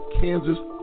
Kansas